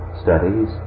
studies